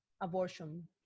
abortion